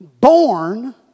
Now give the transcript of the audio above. born